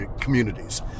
communities